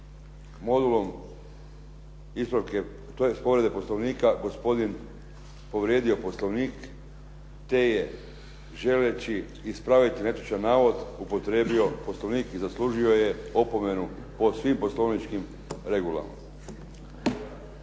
modulom ispravke tj. povrede poslovnika gospodin povrijedio poslovnik te je želeći ispraviti netočan navod upotrijebio poslovnik i zaslužio je opomenu po svim poslovničkim regulama.